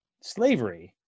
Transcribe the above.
slavery